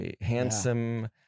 handsome